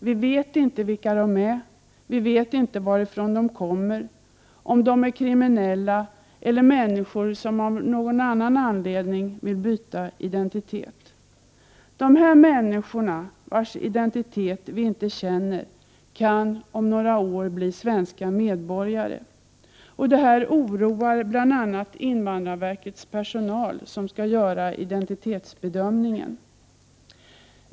varifrån de kommer, om de är kriminella eller människor som av nägon anledning vill byta identitet. De här människorna, vilkas identitet vi inte känner, kan om några år bli svenska medborgare. Det här oroar bl.a. invandrarverkets personal som skall göra identitetsbedömningen.